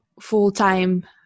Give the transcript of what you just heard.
full-time